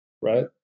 right